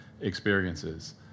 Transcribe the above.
experiences